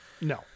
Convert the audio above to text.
No